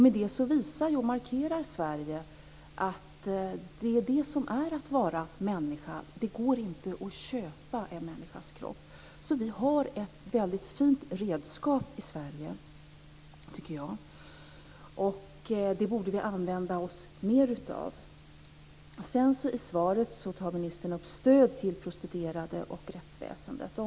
På det viset markerar Sverige att det är det som det innebär att vara människa, att det inte går att köpa en människas kropp. Vi har ett väldigt fint redskap i Sverige, tycker jag, som vi borde använda oss mer av. I svaret tar ministern upp stöd till prostituerade och rättsväsendet.